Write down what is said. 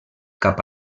cap